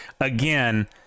again